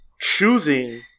choosing